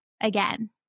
again